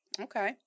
Okay